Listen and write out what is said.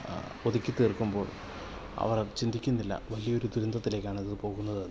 ഒതുക്കി തീർക്കുമ്പോൾ അവർ ചിന്തിക്കുന്നില്ല വലിയ ഒരു ദുരന്തത്തിലേക്കാണ് ഇത് പോകുന്നത് എന്ന്